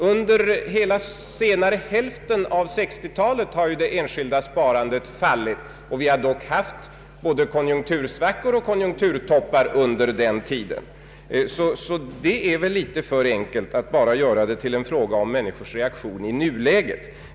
Under hela senare delen av 1960-talet har det enskilda sparandet minskat, och vi har ju haft både konjunktursvackor och konjunkturtoppar under den tiden. Det är litet för enkelt att bara göra detta till en fråga om människors reaktion i nuläget.